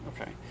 Okay